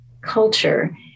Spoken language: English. culture